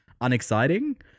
unexciting